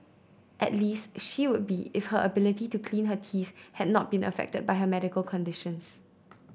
at least she would be if her ability to clean her teeth had not been affected by her medical conditions